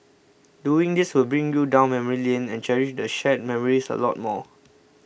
doing this will bring you down memory lane and cherish the shared memories a lot more